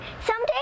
Someday